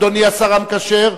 אדוני השר המקשר,